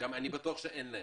אני גם בטוח שאין להם.